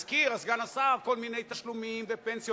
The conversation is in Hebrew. הזכיר סגן השר כל מיני תשלומים ופנסיות,